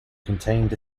contained